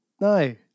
No